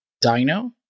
Dino